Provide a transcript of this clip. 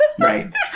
Right